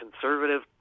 conservative